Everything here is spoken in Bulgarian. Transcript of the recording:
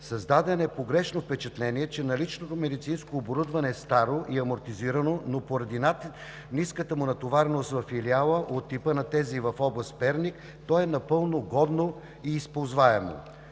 Създадено е погрешно впечатление, че наличното медицинско оборудване е старо и амортизирано, но поради ниската му натовареност във филиала от типа на тези в област Перник то е напълно годно и използваемо.